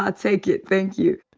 i'll take it. thank you.